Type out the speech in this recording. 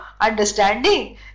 understanding